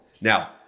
Now